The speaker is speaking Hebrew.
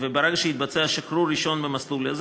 וברגע שיתבצע שחרור ראשון במסלול הזה,